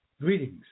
Greetings